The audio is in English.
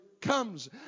comes